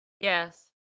Yes